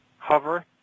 hover